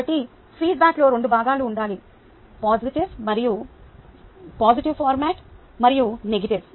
కాబట్టి ఫీడ్బ్యాక్లో రెండు భాగాలు ఉండాలి పాజిటివ్ మరియు నెగటివ్